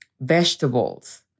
vegetables